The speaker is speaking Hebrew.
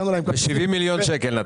נתתם 70 מיליון שקל.